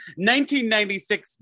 1996